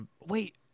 Wait